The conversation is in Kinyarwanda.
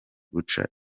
guca